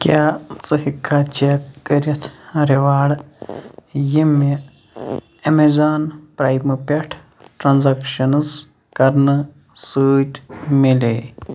کیٛاہ ژٕ ہیٚکٕکھا چیک کٔرِتھ ریواڑ یِم مےٚ اَیمازان پرٛایِمہٕ پٮ۪ٹھ ٹرٛانٛزیکشنٕز کَرنہٕ سۭتۍ میلے